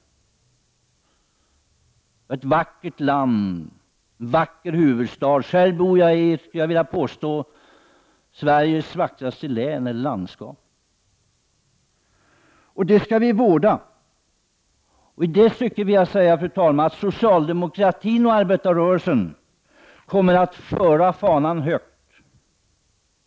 Sverige är ett vackert land med en vacker huvudstad. Jag vill påstå att jag själv bor i Sveriges vackraste landskap. Detta skall vi vårda. I det stycket kommer socialdemokratin och arbetarrörelsen att föra fanan högt.